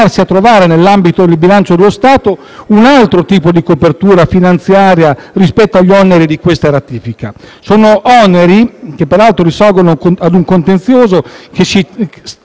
a trovare, nell'ambito del bilancio dello Stato, un altro tipo di copertura finanziaria degli oneri di questa ratifica. Si tratta di oneri che peraltro risalgono a un contenzioso che si